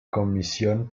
comisión